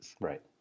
Right